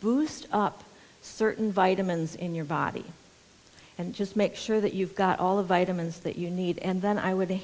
boost up certain vitamins in your body and just make sure that you've got all of vitamins that you need and then i would